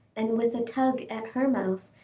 and with a tug at her mouth,